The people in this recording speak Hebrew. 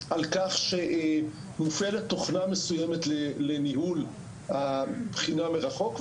על כך שמופעלת תוכנה מסוימת לניהול הבחינה מרחוק,